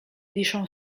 wiszą